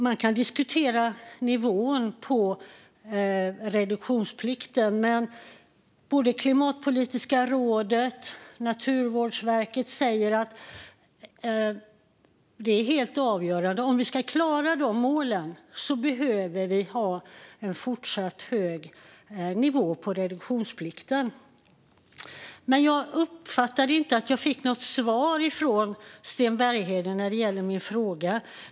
Man kan diskutera nivån på reduktionsplikten, men både Klimatpolitiska rådet och Naturvårdsverket säger att reduktionsplikten är helt avgörande. Om vi ska klara målen behöver vi ha en fortsatt hög nivå på reduktionsplikten. Jag uppfattade inte att jag fick något svar från Sten Bergheden på mina frågor.